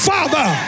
Father